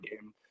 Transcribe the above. game